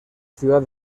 ciudad